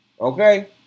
Okay